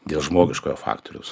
dėl žmogiškojo faktoriaus